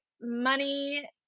money